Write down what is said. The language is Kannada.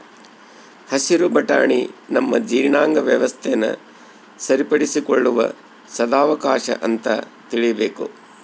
ಹಸಿರು ಬಟಾಣಿ ನಮ್ಮ ಜೀರ್ಣಾಂಗ ವ್ಯವಸ್ಥೆನ ಸರಿಪಡಿಸಿಕೊಳ್ಳುವ ಸದಾವಕಾಶ ಅಂತ ತಿಳೀಬೇಕು